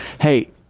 Hey